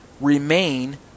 remain